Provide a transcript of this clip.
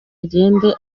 agende